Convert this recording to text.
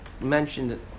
mentioned